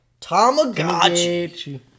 Tamagotchi